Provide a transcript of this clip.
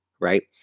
right